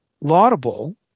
laudable